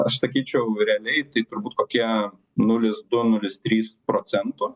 aš sakyčiau realiai tai turbūt kokie nulis du nulis trys procentų